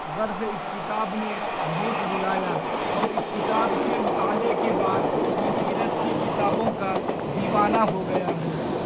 غرض اس کتاب نے بہت رلایا اور اس کتاب کے مطالعے کے بعد میں سیرت کی کتابوں کا دیوانہ ہو گیا ہوں